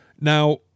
Now